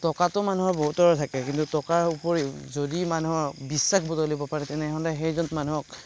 টকাটো মানুহৰ বহুতৰে থাকে কিন্তু টকাৰ উপৰিও যদি মানুহৰ বিশ্বাস বুটলিব পাৰে তেনেহ'লে সেইজন মানুহক